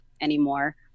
anymore